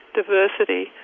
diversity